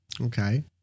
Okay